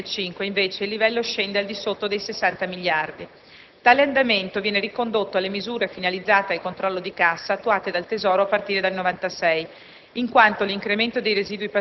negli esercizi dal 2003 al 2005, invece, il livello scende al di sotto dei 60 miliardi. Tale andamento viene ricondotto alle misure finalizzate al controllo di cassa attuate dal Tesoro a partire dal 1996,